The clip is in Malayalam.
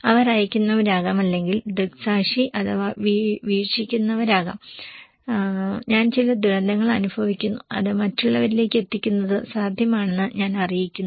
അവർ അയക്കുന്നവരാകാം അല്ലെങ്കിൽ ദൃക്സാക്ഷി അഥവാ വീക്ഷിക്കുന്നവരാകാം ഞാൻ ചില ദുരന്തങ്ങൾ അനുഭവിക്കുന്നു അത് മറ്റുള്ളവരിലേക്ക് എത്തിക്കുന്നത് സാധ്യമാണെന്ന് ഞാൻ അറിയിക്കുന്നു